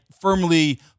firmly